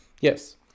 Yes